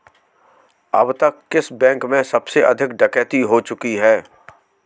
अब तक किस बैंक में सबसे अधिक डकैती हो चुकी है?